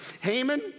Haman